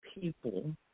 people